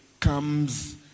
comes